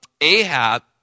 Ahab